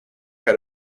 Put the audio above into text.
had